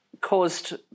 caused